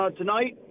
tonight